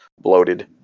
bloated